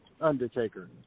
Undertaker